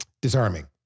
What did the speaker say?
disarming